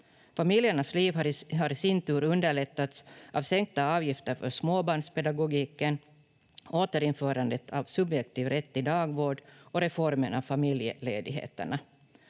Familjernas liv har i sin tur underlättats av sänkta avgifter för småbarnspedagogiken, återinförandet av subjektiv rätt till dagvård och reformen av familjeledigheterna.